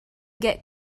get